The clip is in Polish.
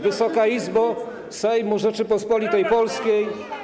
Wysoka Izbo Sejmu Rzeczypospolitej Polskiej!